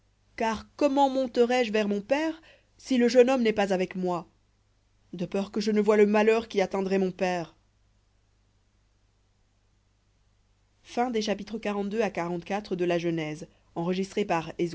car comment monterai je vers mon père si le jeune homme n'est pas avec moi de peur que je ne voie le malheur qui atteindrait mon père v